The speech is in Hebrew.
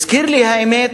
הזכיר לי, האמת,